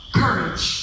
courage